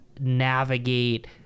navigate